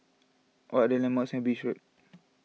what are the landmarks near Beach Road